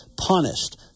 punished